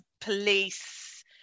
police